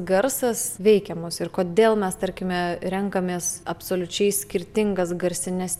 garsas veikia mus ir kodėl mes tarkime renkamės absoliučiai skirtingas garsines